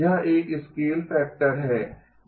यह एक scale factor है